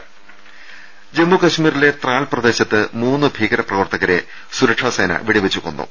് ജമ്മു കശ്മീരിലെ ത്രാൽ പ്രദേശത്ത് മൂന്ന് ഭീകരപ്രവർത്തകരെ സുരക്ഷാസേന വെടിവെച്ചുകൊന്നു